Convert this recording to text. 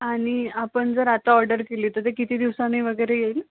आणि आपण जर आता ऑर्डर केली तर ते किती दिवसांनी वगैरे येईल